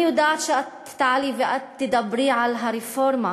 אני יודעת שאת תעלי ואת תדברי על הרפורמה